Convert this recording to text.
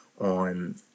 on